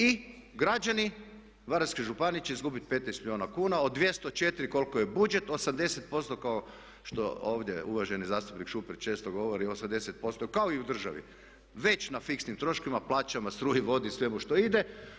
I građani Varaždinske županije će izgubiti 15 milijuna kuna od 204 koliko je budžet 80% kao što ovdje uvaženi zastupnik Šuker često govori 80% kao i u državi već na fiksnim troškovima, plaćama, struji, vodi, svemu što ide.